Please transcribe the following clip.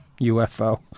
UFO